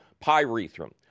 pyrethrum